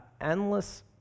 endless